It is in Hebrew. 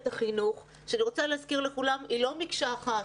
החינוך ואני רוצה להזכיר לכולנו שהיא לא מקשה אחת.